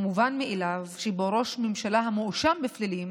המובן מאליו שראש ממשלה המואשם בפלילים